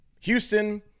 Houston